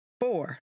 Four